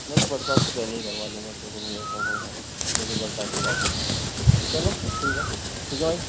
نہیں نہیں برسات سے پہلے ہی کروا لیں گے اس میں تو مجھحے ایسا وہ ہے یا پھر برسات کے بعد کرائیں گے چلو ٹھیک ہے ٹھیک ہے بھائی